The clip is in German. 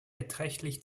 beträchtlich